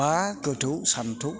बा गोथौ सान्थौ